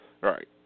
Right